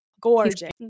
gorgeous